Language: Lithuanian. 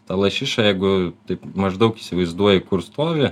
ta lašiša jeigu taip maždaug įsivaizduoji kur stovi